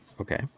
Okay